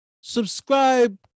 Subscribe